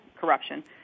corruption